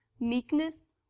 meekness